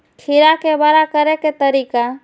खीरा के बड़ा करे के तरीका?